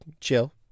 chill